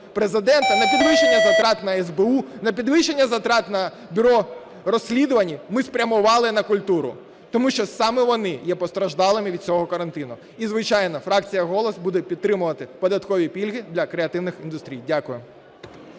Президента, на підвищення затрат на СБУ, на підвищення затрат на Бюро розслідувань, ми спрямували на культуру. Тому що саме вони є постраждалими від цього карантину. І звичайно, фракція "Голос" буде підтримувати податкові пільги для креативних індустрій. Дякую.